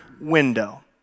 window